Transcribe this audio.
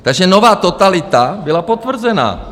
Takže nová totalita byla potvrzena.